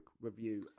Review